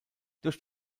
durch